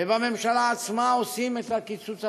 ובממשלה עצמה עושים את הקיצוץ הרוחבי,